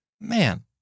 Man